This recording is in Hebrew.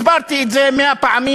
הסברתי את זה מאה פעמים,